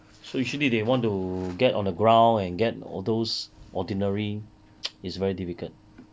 so usually they want to get on the ground and get all those ordinary is very difficult